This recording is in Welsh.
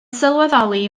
sylweddoli